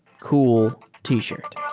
cool t-shirt.